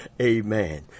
Amen